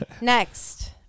next